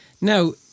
Now